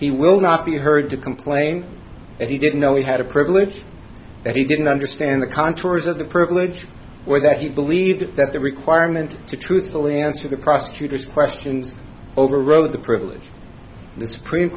he will not be heard to complain that he didn't know he had a privilege that he didn't understand the contours of the privilege or that he believed that the requirement to truthfully answer the prosecutor's questions overrode the privilege the supreme